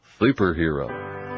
Superhero